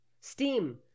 Steam